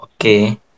Okay